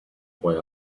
boy